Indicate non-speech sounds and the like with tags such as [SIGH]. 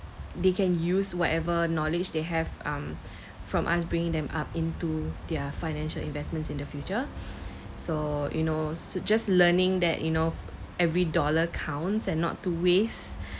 they can use whatever knowledge they have um [BREATH] from us bringing them up into their financial investments in the future [BREATH] so you know so just learning that you know every dollar counts and not to waste [BREATH]